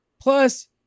Plus